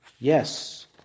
Yes